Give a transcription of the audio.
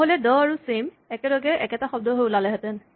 নহ'লে দ আৰু ছেম একেলগে একেটা শব্দ হৈ ওলালেহেঁতেন